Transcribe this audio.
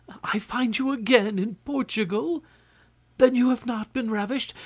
i find you again in portugal then you have not been ravished?